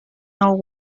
nou